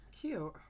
Cute